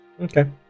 okay